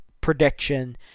prediction